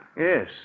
Yes